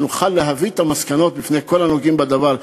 כדי שנוכל להביא את המסקנות בפני כל הנוגעים בדבר.